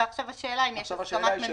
ועכשיו השאלה האם יש הסכמת ממשלה.